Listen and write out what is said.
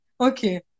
Okay